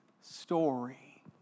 story